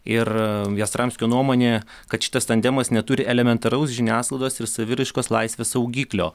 ir jastramskio nuomone kad šitas tandemas neturi elementaraus žiniasklaidos ir saviraiškos laisvės saugiklio